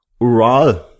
Ural